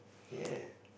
ya